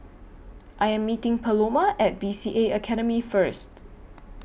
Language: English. I Am meeting Paloma At B C A Academy First